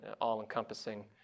all-encompassing